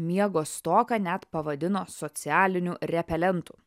miego stoką net pavadino socialiniu repelentu